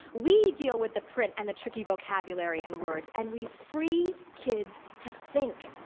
we deal with the print and the tricky vocabulary and words, and we free kids to think.